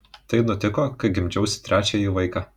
tai nutiko kai gimdžiausi trečiąjį vaiką